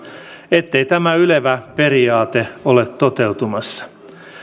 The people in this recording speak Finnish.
ettei tämä ylevä periaate ole toteutumassa